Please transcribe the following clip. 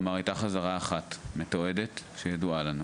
כלומר הייתה חזרה אחת מתועדת שידועה לנו.